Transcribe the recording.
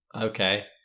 Okay